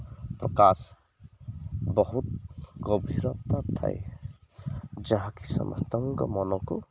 ପ୍ରକାଶ ବହୁତ ଗଭୀରତା ଥାଏ ଯାହାକି ସମସ୍ତଙ୍କ ମନକୁ